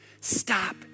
Stop